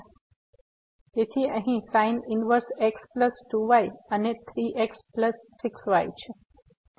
તેથી અહીં sin inverse x plus 2 y અને 3x પ્લસ 6y છે